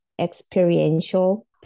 experiential